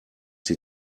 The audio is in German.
sie